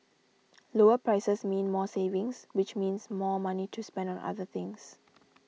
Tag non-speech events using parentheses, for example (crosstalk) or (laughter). (noise) lower prices mean more savings which means more money to spend on other things